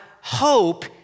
hope